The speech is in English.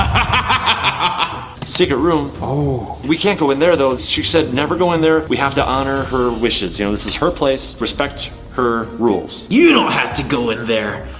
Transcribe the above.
ah secret room? room? um we can't go in there though. she said never go in there, we have to honor her wishes. you know, this is her place, respect her rules. you don't have to go in there,